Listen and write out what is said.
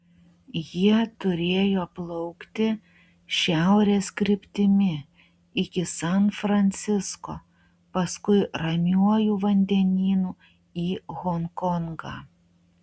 jie turėjo plaukti šiaurės kryptimi iki san francisko paskui ramiuoju vandenynu į honkongą